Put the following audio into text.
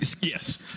yes